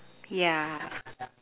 yeah